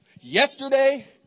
yesterday